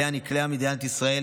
שאליה נקלעה מדינת ישראל